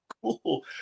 cool